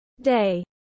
day